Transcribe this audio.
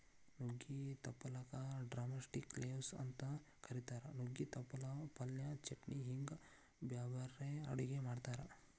ನುಗ್ಗಿ ತಪ್ಪಲಕ drumstick leaves ಅಂತ ಕರೇತಾರ, ನುಗ್ಗೆ ತಪ್ಪಲ ಪಲ್ಯ, ಚಟ್ನಿ ಹಿಂಗ್ ಬ್ಯಾರ್ಬ್ಯಾರೇ ಅಡುಗಿ ಮಾಡ್ತಾರ